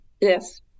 Yes